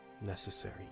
Necessary